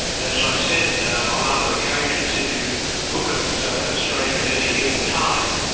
as i've said on other occasions, if you look at australian at any given time,